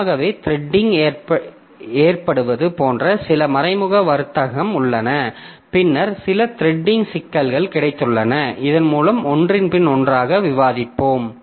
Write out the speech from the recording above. தானாகவே த்ரெட்டிங் ஏற்படுவது போன்ற சில மறைமுக வர்த்தகம் உள்ளன பின்னர் சில த்ரெட்டிங் சிக்கல்கள் கிடைத்துள்ளன இதன்மூலம் ஒன்றன் பின் ஒன்றாக விவாதிப்போம்